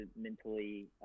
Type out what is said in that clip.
mentally